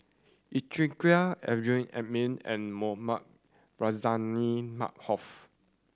Yeo Chee Kiong Amrin Amin and Mohamed Rozani Maarof